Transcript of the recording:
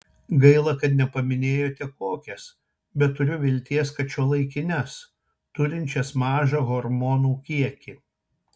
gaila kad nepaminėjote kokias bet turiu vilties kad šiuolaikines turinčias mažą hormonų kiekį